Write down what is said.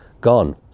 gone